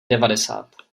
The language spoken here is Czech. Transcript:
devadesát